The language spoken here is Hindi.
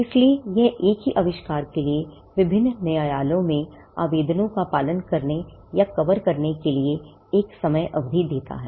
इसलिए यह एक ही आविष्कार के लिए विभिन्न न्यायालयों में आवेदनों का पालन करने या कवर करने के लिए एक समय अवधि देता है